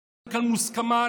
כמוסכמה,